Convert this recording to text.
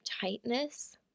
tightness